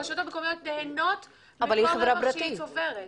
הרשויות המקומיות נהנות מכל רווח שהיא צוברת.